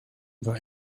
war